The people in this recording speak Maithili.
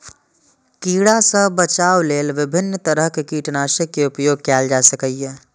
कीड़ा सं बचाव लेल विभिन्न तरहक कीटनाशक के उपयोग कैल जा सकैए